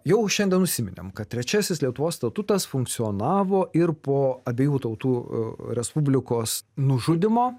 jau šiandien užsiminėm kad trečiasis lietuvos statutas funkcionavo ir po abiejų tautų respublikos nužudymo